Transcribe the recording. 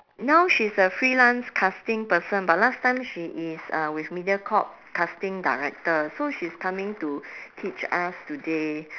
now she's a freelance casting person but last time she is uh with mediacorp casting director so she's coming to teach us today